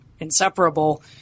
inseparable